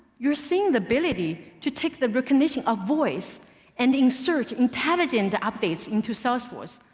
you're seeing the ability to take the recognition of voice and insert intelligent updates into salesforce,